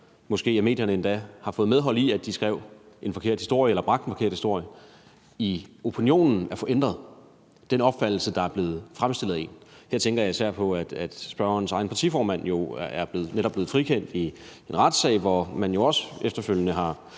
måske i medierne endda har fået medhold i, at de skrev en forkert historie eller bragte en forkert historie, at få ændret den opfattelse i opinionen, der er blevet fremstillet af en. Her tænker jeg især på, at spørgerens egen partiformand jo netop er blevet frikendt i en retssag, hvor man jo også efterfølgende har